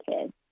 kids